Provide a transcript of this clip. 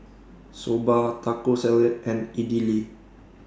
Soba Taco Salad and Idili